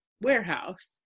warehouse